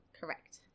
correct